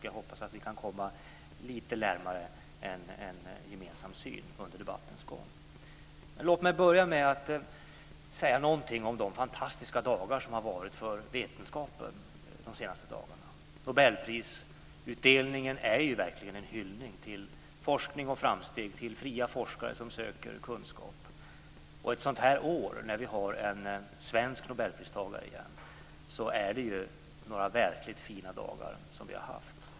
Jag hoppas att vi kan komma lite närmare en gemensam syn under debattens gång. Låt mig börja med att säga någonting om de senaste dagarna som har varit fantastiska för vetenskapen. Nobelprisutdelningen är ju verkligen en hyllning till forskning och framsteg, till fria forskare som söker kunskap. Ett sådant här år då vi har en svensk nobelpristagare är ju verkligen särskilt fint.